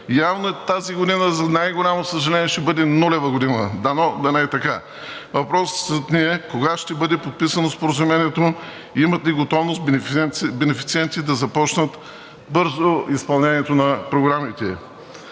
Явно и тази година, за най-голямо съжаление, ще бъде нулева година. Дано да не е така! Въпросът ми е: кога ще бъде подписано Споразумението и имат ли готовност бенефициентите да започнат бързо изпълнението на програмите.